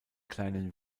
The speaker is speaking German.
kleinen